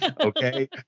Okay